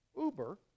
Uber